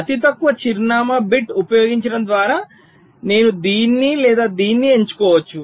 అతి తక్కువ చిరునామా బిట్ ఉపయోగించడం ద్వారా నేను దీన్ని లేదా దీన్ని ఎంచుకోవచ్చు